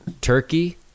turkey